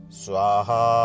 swaha